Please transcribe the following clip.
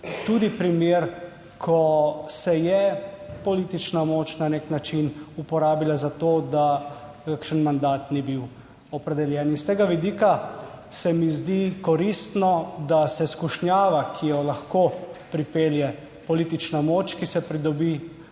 tudi primer, ko se je politična moč na nek način uporabila za to, da kakšen mandat ni bil opredeljen. S tega vidika se mi zdi koristno, da se skušnjava, ki jo lahko pripelje politična moč, ki se pridobi